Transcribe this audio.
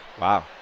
Wow